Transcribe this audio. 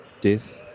Death